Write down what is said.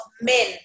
men